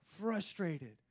frustrated